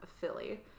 Philly